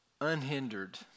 unhindered